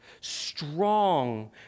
strong